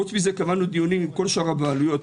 חוץ מזה קבענו דיונים עם כל שאר הבעלויות,